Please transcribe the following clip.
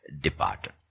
departed